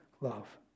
love